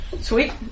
Sweet